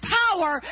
power